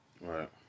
Right